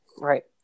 Right